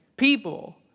people